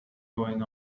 going